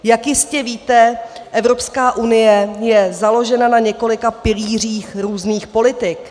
Jak jistě víte, Evropská unie je založena na několika pilířích různých politik.